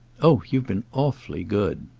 oh you've been awfully good!